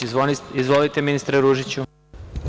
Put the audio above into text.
Izvolite ministre Ružiću.